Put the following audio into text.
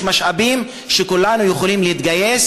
יש משאבים,